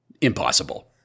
Impossible